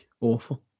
Awful